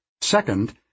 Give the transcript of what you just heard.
Second